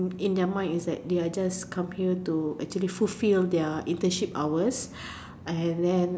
in in their mind it's like they are just come here to actually fulfill their internship hours and then